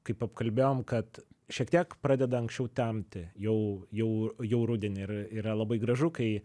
kaip apkalbėjom kad šiek tiek pradeda anksčiau temti jau jau jau rudenį ir yra labai gražu kai